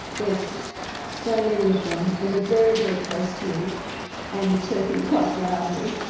there's so many of them and they are very, very close to me and chirping quite loudly.